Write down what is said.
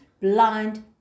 blind